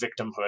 victimhood